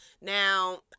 Now